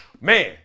Man